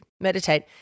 Meditate